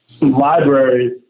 Libraries